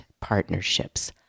partnerships